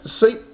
See